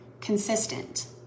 consistent